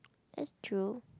that's true